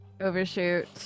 overshoot